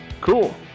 cool